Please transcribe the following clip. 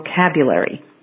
vocabulary